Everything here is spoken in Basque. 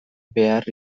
behar